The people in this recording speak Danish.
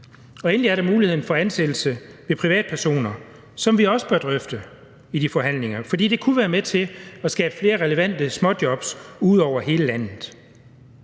Endelig er der muligheden for ansættelse ved privatpersoner, som vi også bør drøfte i de forhandlinger, fordi det kunne være med til at skabe flere relevante småjobs ud over hele landet.